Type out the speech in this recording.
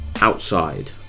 Outside